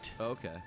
okay